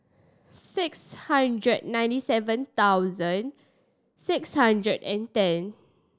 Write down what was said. six hundred ninety seven thousand six hundred and ten